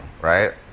right